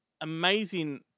amazing